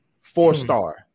four-star